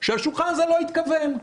שהשולחן הזה לא התכוון.